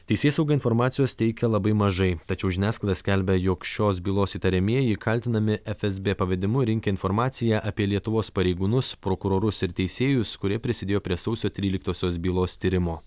teisėsauga informacijos teikia labai mažai tačiau žiniasklaida skelbia jog šios bylos įtariamieji kaltinami fsb pavedimu rinkę informaciją apie lietuvos pareigūnus prokurorus ir teisėjus kurie prisidėjo prie sausio tryliktosios bylos tyrimo